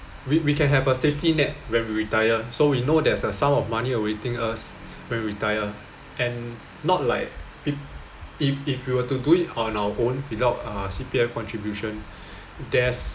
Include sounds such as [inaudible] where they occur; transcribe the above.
we we can have a safety net when we retire so we know there's a sum of money awaiting us when we retire and not like if if if you were to do it on our own without a C_P_F contribution [breath] there's